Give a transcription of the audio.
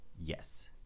Yes